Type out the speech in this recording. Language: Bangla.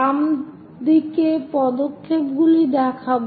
বাম দিকে পদক্ষেপগুলি দেখাব